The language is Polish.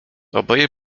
oboje